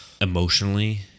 emotionally